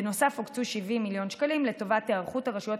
בנוסף הוקצו 70 מיליון שקלים לטובת היערכות הרשויות